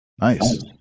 Nice